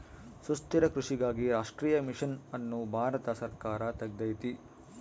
ಸುಸ್ಥಿರ ಕೃಷಿಗಾಗಿ ರಾಷ್ಟ್ರೀಯ ಮಿಷನ್ ಅನ್ನು ಭಾರತ ಸರ್ಕಾರ ತೆಗ್ದೈತೀ